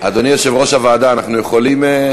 אדוני, יושב-ראש הוועדה, אנחנו יכולים?